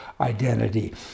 identity